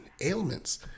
ailments